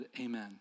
amen